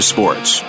Sports